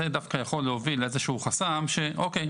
זה דווקא יכול להוביל לאיזשהו חסם שאוקיי,